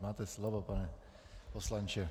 Máte slovo, pane poslanče.